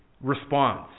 response